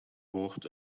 woord